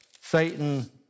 Satan